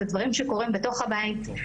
אלה דברים שקורים בתוך הבית,